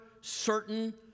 certain